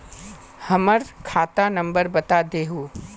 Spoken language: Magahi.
हमर खाता नंबर बता देहु?